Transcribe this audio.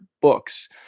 books